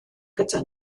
gyda